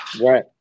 right